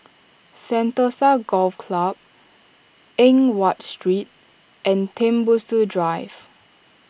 Sentosa Golf Club Eng Watt Street and Tembusu Drive